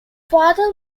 father